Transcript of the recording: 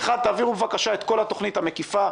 אחד, תעבירו בבקשה את כל התוכנית המקיפה.